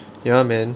ya man